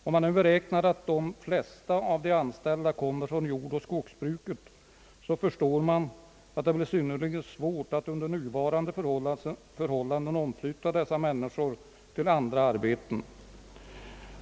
Om man nu betänker att de flesta av de anställda kommer från jordoch skogsbruket så förstår man att det blir synnerligen svårt att under nuvarande förhållanden omflytta dessa människor till andra arbeten.